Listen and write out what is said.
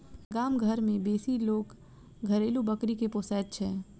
गाम घर मे बेसी लोक घरेलू बकरी के पोसैत छै